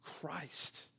Christ